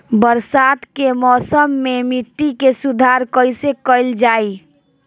बरसात के मौसम में मिट्टी के सुधार कइसे कइल जाई?